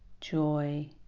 joy